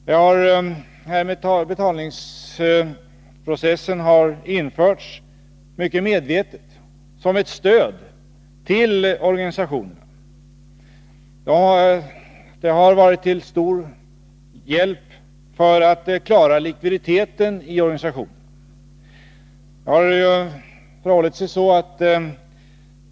Den här betalningsprocessen har införts mycket medvetet, som ett stöd till organisationerna. Det har varit till stor hjälp för att klara deras likviditet.